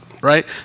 Right